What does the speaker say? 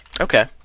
Okay